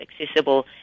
accessible